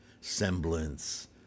semblance